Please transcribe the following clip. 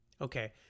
Okay